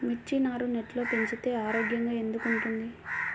మిర్చి నారు నెట్లో పెంచితే ఆరోగ్యంగా ఎందుకు ఉంటుంది?